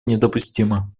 недопустимо